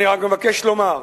אני רק מבקש לומר,